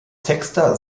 texter